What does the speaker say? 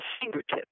Fingertips